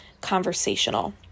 conversational